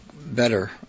better